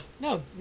No